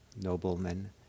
noblemen